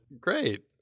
Great